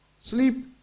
sleep